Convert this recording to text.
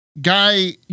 guy